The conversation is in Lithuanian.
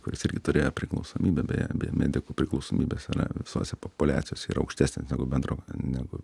kuris irgi turėjo priklausomybę beje beje medikų priklausomybės yra visose populiacijose yra aukštesnės negu bendro negu